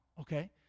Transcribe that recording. Okay